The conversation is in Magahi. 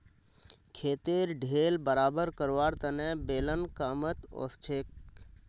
खेतेर ढेल बराबर करवार तने बेलन कामत ओसछेक